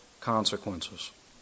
consequences